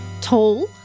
Tall